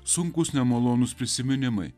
sunkūs nemalonūs prisiminimai